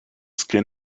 skin